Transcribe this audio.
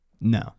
No